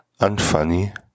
unfunny